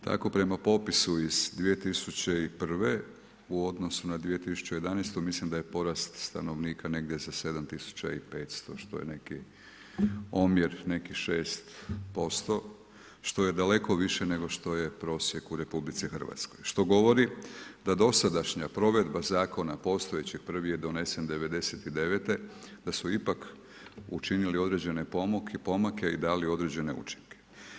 Tako prema popisu iz 2001. u odnosu na 2011. mislim da je porast stanovnika negdje za 7 tisuća i 500 što je neki omjer nekih 6% što je daleko više nego što je prosjek u RH što govori da dosadašnja provedba zakona postojećeg, prvi je donesen '99. da su ipak učinili određene pomake i dali određene učinke.